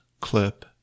clip